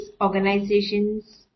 organizations